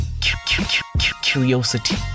Curiosity